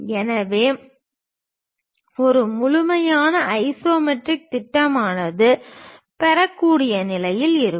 எனவே ஒரு முழுமையான ஐசோமெட்ரிக் திட்டமானது பெறக்கூடிய நிலையில் இருக்கும்